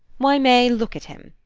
why, may, look at him!